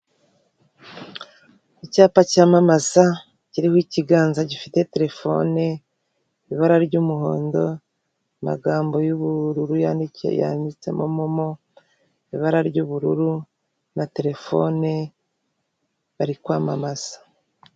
Icyapa cyamamaza kiriho ikiganza gifite telefone, ibara ry'umuhondo, amagambo y'ubururu yanditsemo momo, ibara ry'ubururu na telefone bari kwamamaza.